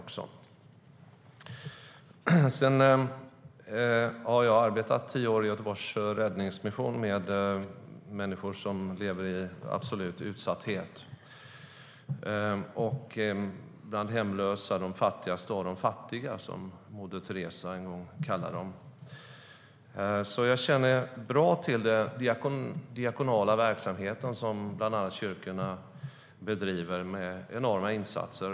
Jag har under tio år arbetat i Göteborgs Räddningsmission med människor som lever i absolut utsatthet och som är hemlösa - de fattigaste av de fattiga, som Moder Teresa en gång kallade dem. Jag känner därför bra till den diakonala verksamhet som bland andra kyrkorna bedriver med enorma insatser.